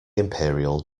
imperial